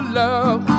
love